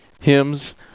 hymns